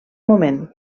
moment